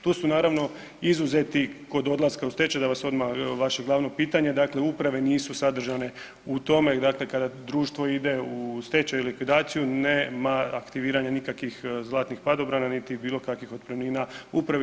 Tu su naravno izuzeti kod odlaska u stečaj da vas odmah, vaše glavno pitanje dakle uprave nisu sadržane u tome dakle kada društvo ide u stečaj i likvidaciju nema aktiviranja nikakvih zlatnih padobrana, niti bilo kakvih otpremnina upravi.